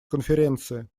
конференции